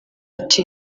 ati